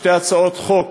שתי הצעות חוק